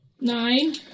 Nine